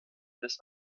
das